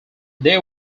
they